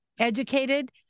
educated